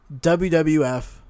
WWF